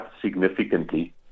significantly